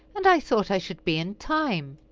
and i thought i should be in time.